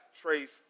trace